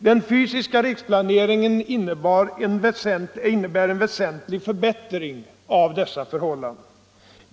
Den fysiska riksplaneringen innebär en väsentlig förbättring av dessa förhållanden.